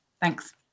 Thanks